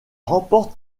remporte